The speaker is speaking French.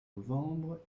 novembre